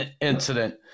incident